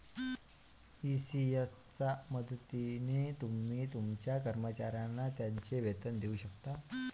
ECS च्या मदतीने तुम्ही तुमच्या कर्मचाऱ्यांना त्यांचे वेतन देऊ शकता